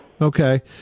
Okay